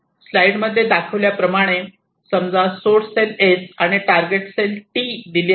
slide मध्ये दाखविल्याप्रमाणे समजा सोर्स सेल S आणि टारगेट सेल T दिली आहे